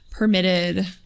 Permitted